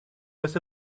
was